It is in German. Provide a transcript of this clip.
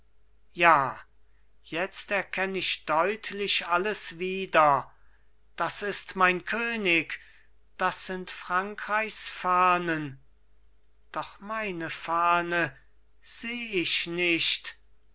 ja jetzt erkenn ich deutlich alles wieder das ist mein könig das sind frankreichs fahnen doch meine fahne seh ich nicht